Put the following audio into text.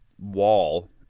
wall